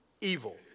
evil